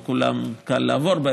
לא בכולם קל לעבור,